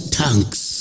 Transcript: tanks